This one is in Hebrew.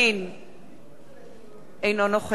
אינו נוכח אכרם חסון,